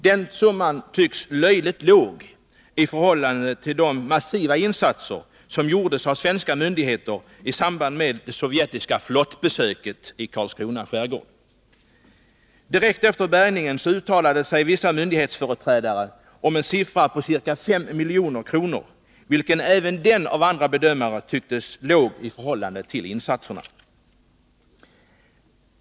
Den summan tycks löjligt låg i förhållande till de massiva insatser som gjordes av svenska myndigheter i samband med det sovjetiska ”flottbesöket” i Karlskrona skärgård. Direkt efter bärgningen uttalade sig vissa myndighetsföreträdare om en summa på ca 5 milj.kr., vilken även den av andra bedömare tycktes låg i förhållande till insatserna.